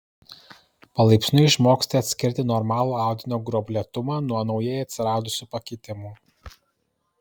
palaipsniui išmoksite atskirti normalų audinio gruoblėtumą nuo naujai atsiradusių pakitimų